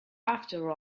after